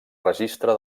registre